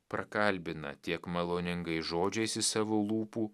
prakalbina tiek maloningais žodžiais iš savo lūpų